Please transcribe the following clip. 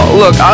look